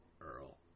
Earl